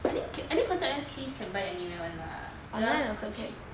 I think contact lens case can buy anywhere [one] lah that [one] quite cheap